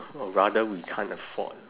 or rather we can't afford